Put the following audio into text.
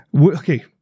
Okay